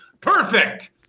perfect